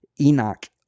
enoch